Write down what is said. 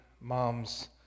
moms